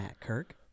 Kirk